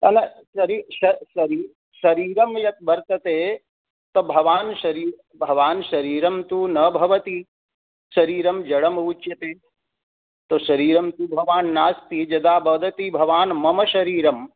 शरीरं यत् वर्तते तो भवान् शरि भवान् शरीरन्तु न भवति शरीरं जडमुच्यते तो शरीरं तु भवान् नास्ति यदा वदति भवान् मम शरीरम्